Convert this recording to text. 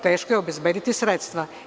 Teško je obezbediti sredstva.